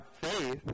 faith